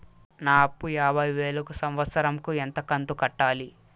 నా అప్పు యాభై వేలు కు సంవత్సరం కు ఎంత కంతు కట్టాలి?